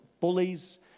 bullies